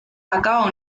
acaba